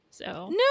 No